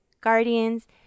guardians